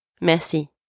Merci